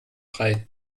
brei